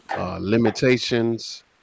Limitations